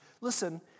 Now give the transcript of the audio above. Listen